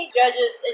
judges